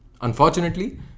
Unfortunately